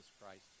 Christ